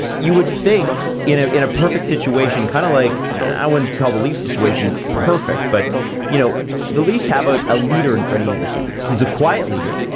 you would think, in a in a perfect situation, kind of like, i wouldn't call the leaf situation perfect, but you know the leafs have a a leader in freddie andersen. he's a quiet leader,